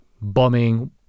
bombing